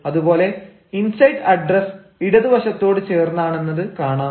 അതുപോലെ inside address ഇടതുവശത്തോട് ചേർന്നാണെന്നത് കാണാം